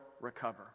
recover